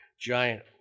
giant –